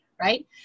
right